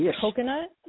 coconut